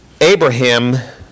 Abraham